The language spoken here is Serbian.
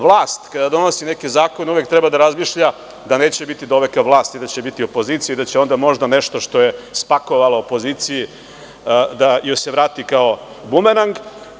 Vlast kada donosi neke zakone uvek treba da razmišlja da neće biti doveka vlast, da će biti opozicija i da će onda možda nešto što je spakovala opoziciji da se vrati kao bumerang.